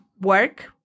work